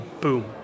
boom